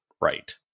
right